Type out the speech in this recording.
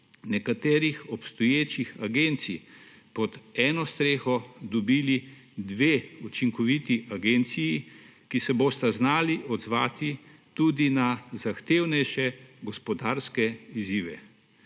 nekaterih obstoječih agencij pod eno streho dobili dve učinkoviti agenciji, ki se bosta znali odzvati tudi na zahtevnejše gospodarske izzive.